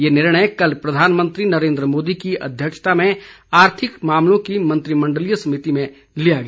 यह निर्णय कल प्रधानमंत्री नरेन्द्र मोदी की अध्यक्षता में आर्थिक मामलों की मंत्रिमंडलीय समिति में लिया गया